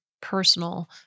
personal